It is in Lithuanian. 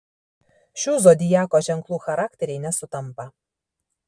šių zodiako ženklų charakteriai nesutampa